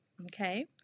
okay